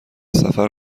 سفر